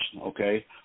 okay